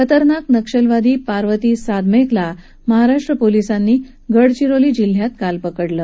खतरनाक नक्षलवादी पार्वती सादमेकला महाराष्ट्र पोलीसांनी गडचिरोली जिल्ह्यात पकडलं